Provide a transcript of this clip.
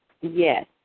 Yes